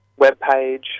webpage